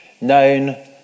known